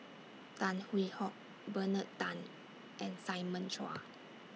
Tan Hwee Hock Bernard Tan and Simon Chua